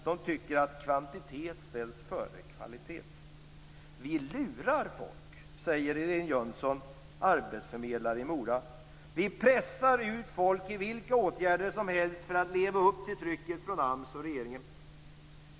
De tycker att kvantitet ställs före kvalitet. - Vi lurar folk, säger Irene Jönsson, arbetsförmedlare i Mora. Vi pressar ut folk i vilka åtgärder som helst för att leva upp till trycket från AMS och regeringen."